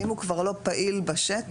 אם הוא כבר לא פעיל בשטח,